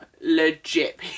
legit